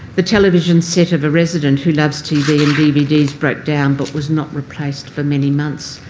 the television set of a resident who loves tv and dvds broke down but was not replaced for many months.